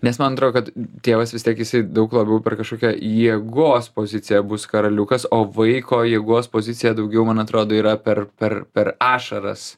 nes man atrodo kad tėvas vis tiek jisai daug labiau per kažkokią jėgos poziciją bus karaliukas o vaiko jėgos pozicija daugiau man atrodo yra per per per ašaras